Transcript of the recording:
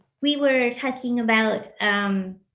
we were talking about and um